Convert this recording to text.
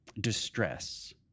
Distress